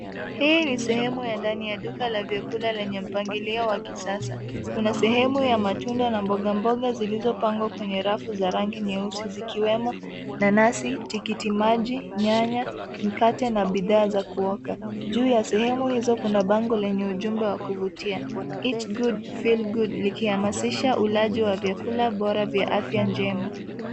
Hii ni sehemu ya ndani la duka ya vyakula lenye mpangilio wa kisasa. Kuna sehemu ya matunda na mboga mboga zilizopandwa kwenye rafu za rangi nyeusi zikiwemo nanasi, tikitimaji, nyanya, mkate na bidhaa za kuoka. Juu ya sehemu hizo, kuna bango lenye ujumbe wa kuvutia, [ca]Eat good, feel good , likihamasisha ulaji wa vyakula bora vya afya njema.